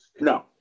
No